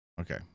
Okay